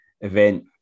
event